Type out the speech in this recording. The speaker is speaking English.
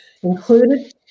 included